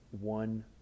one